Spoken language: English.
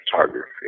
photography